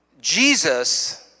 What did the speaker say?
Jesus